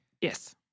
Yes